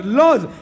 laws